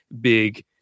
big